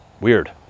Weird